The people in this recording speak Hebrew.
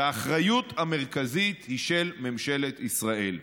והאחריות המרכזית היא של ממשלת ישראל.